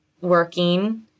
working